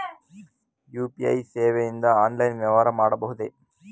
UPI ಸೇವೆಯಿಂದ online ವ್ಯವಹಾರ ಮಾಡಬಹುದೇ?